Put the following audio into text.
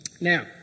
Now